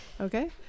Okay